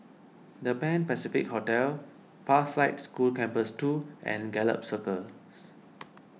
the Pan Pacific Hotel Pathlight School Campus two and Gallop Circus